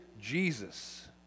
Jesus